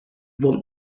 want